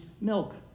milk